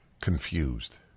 Confused